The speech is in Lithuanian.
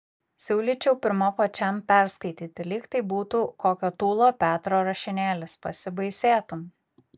siūlyčiau pirma pačiam perskaityti lyg tai būtų kokio tūlo petro rašinėlis pasibaisėtum